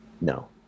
No